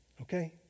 Okay